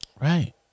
Right